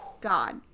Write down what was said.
God